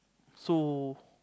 so